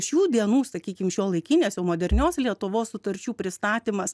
šių dienų sakykim šiuolaikinės jau modernios lietuvos sutarčių pristatymas